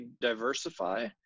diversify